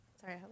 Sorry